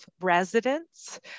residents